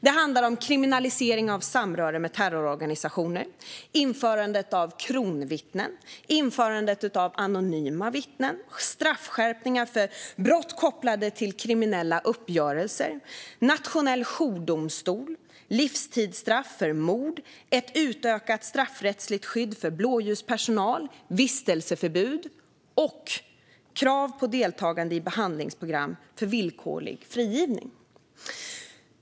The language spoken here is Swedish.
Det handlar om kriminalisering av samröre med terrororganisationer, införande av kronvittnen, införande av anonyma vittnen, straffskärpningar för brott kopplade till kriminella uppgörelser, nationell jourdomstol, livstidsstraff för mord, ett utökat straffrättsligt skydd för blåljuspersonal, vistelseförbud och krav på deltagande i behandlingsprogram för villkorlig frigivning.